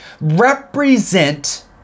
represent